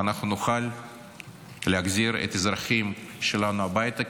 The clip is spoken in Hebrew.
ואנחנו נוכל להחזיר את האזרחים שלנו הביתה,